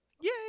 Yay